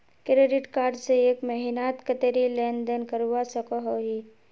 Credit card से एक महीनात कतेरी लेन देन करवा सकोहो ही?